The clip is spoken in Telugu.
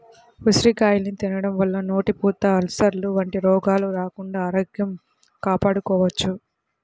ఉసిరికాయల్ని తినడం వల్ల నోటిపూత, అల్సర్లు వంటి రోగాలు రాకుండా ఆరోగ్యం కాపాడుకోవచ్చు